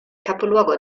capoluogo